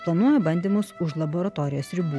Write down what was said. planuoja bandymus už laboratorijos ribų